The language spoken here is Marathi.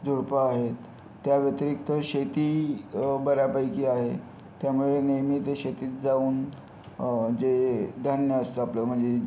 झुडपं आहेत त्या व्यतिरिक्त शेती बऱ्यापैकी आहे त्यामुळे नेहमी ते शेतीत जाऊन जे धान्य असतं आपलं म्हणजे